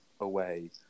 away